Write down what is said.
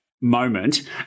moment